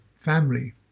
family